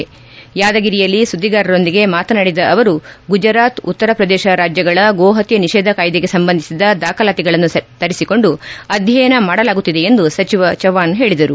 ರಾಜ್ಯಗಳ ಯಾದಗಿರಿಯಲ್ಲಿ ಸುದ್ದಿಗಾರರೊಂದಿಗೆ ಮಾತನಾಡಿದ ಅವರು ಗುಜರಾತ್ ಉತ್ತರ ಪ್ರದೇಶ ಗೋ ಹತ್ಯೆ ನಿಷೇಧ ಕಾಯ್ದೆಗೆ ಸಂಬಂಧಿಸಿದ ದಾಖಲಾತಿಗಳನ್ನು ತರಿಸಿಕೊಂಡು ಅಧ್ಯಯನ ಮಾಡಲಾಗುತ್ತಿದೆ ಎಂದು ಸಚಿವ ಚವ್ಹಾಣ್ ಹೇಳಿದರು